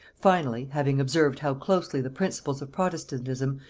finally, having observed how closely the principles of protestantism,